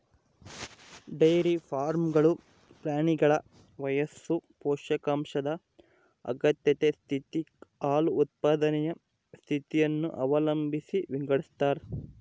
dairy ಫಾರ್ಮ್ಗಳು ಪ್ರಾಣಿಗಳ ವಯಸ್ಸು ಪೌಷ್ಟಿಕಾಂಶದ ಅಗತ್ಯತೆ ಸ್ಥಿತಿ, ಹಾಲು ಉತ್ಪಾದನೆಯ ಸ್ಥಿತಿಯನ್ನು ಅವಲಂಬಿಸಿ ವಿಂಗಡಿಸತಾರ